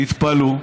תתפלאו,